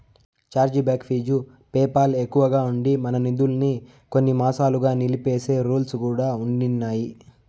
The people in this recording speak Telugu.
ఛార్జీ బాక్ ఫీజు పేపాల్ ఎక్కువగా ఉండి, మన నిదుల్మి కొన్ని మాసాలుగా నిలిపేసే రూల్స్ కూడా ఉండిన్నాయి